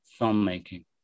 Filmmaking